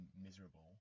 miserable